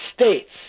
states